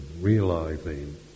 realizing